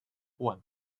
one